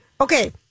Okay